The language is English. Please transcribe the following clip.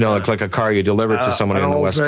like like a car you deliver to someone on on the west so